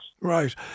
Right